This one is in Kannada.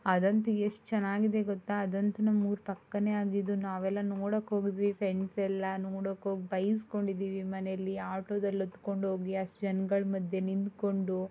ಅದಂತು ಎಷ್ಟು ಚೆನ್ನಾಗಿದೆ ಗೊತ್ತಾ ಅದಂತು ನಮ್ಮ ಊರ ಪಕ್ಕನೇ ಆಗಿದ್ದು ನಾವೆಲ್ಲ ನೋಡಕ್ಕೆ ಹೋಗಿದ್ವಿ ಫ್ರೆಂಡ್ಸ್ ಎಲ್ಲ ನೋಡಕ್ಕೆ ಹೋಗಿ ಬೈಸಿಕೊಂಡಿದೀವಿ ಮನೇಲಿ ಆಟೋದಲ್ಲಿ ಹತ್ಕೊಂಡು ಹೋಗಿ ಅಷ್ಟು ಜನಗಳ ಮದ್ದೆ ನಿಂತುಕೊಂಡು